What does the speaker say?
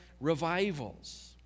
revivals